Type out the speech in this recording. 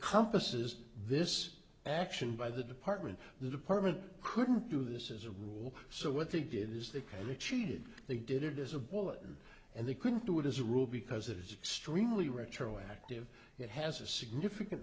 compass is this action by the department the department couldn't do this as a rule so what they did is they could look cheated they did it as a bulletin and they couldn't do it as a rule because it's extremely retroactive it has a significant